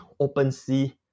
OpenSea